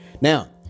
Now